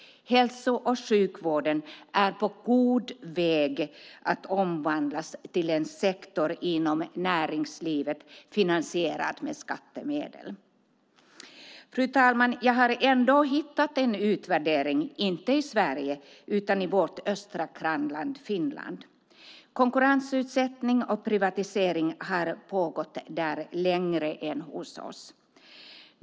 Hälso och sjukvården är på god väg att omvandlas till en sektor inom näringslivet finansierad med skattemedel. Fru talman! Jag har ändå hittat en utvärdering, dock inte i Sverige utan i vårt östra grannland Finland. Konkurrensutsättning och privatisering har där pågått längre än hos oss.